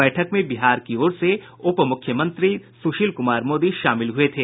बैठक में बिहार की ओर से उप मुख्यमंत्री सुशील कुमार मोदी शामिल हुए थे